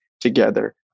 together